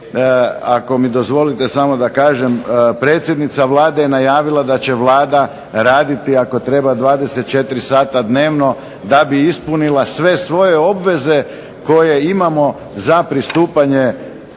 ako mi dozvolite samo da kažem, predsjednica Vlade je najavila da će Vlada raditi ako treba 24 sata dnevno da bi ispunila sve svoje obveze koje imamo za pristupanje